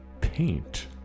paint